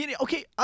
Okay